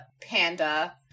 panda